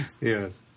yes